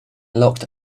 locked